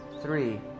three